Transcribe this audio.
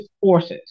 forces